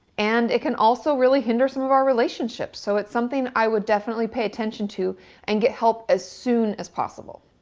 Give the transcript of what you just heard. and it can also really hinder some of our relationships, so it's something i would definitely pay attention to and get help as soon as possible.